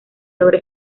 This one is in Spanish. logra